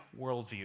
worldview